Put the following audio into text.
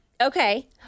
Okay